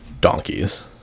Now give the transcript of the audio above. donkeys